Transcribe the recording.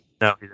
No